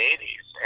80s